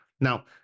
Now